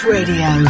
Radio